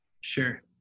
Sure